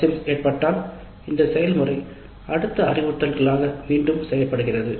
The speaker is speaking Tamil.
அவசியம் ஏற்பட்டால் இந்த செயல்முறை மீண்டும் செய்யபடுகிறது